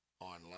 online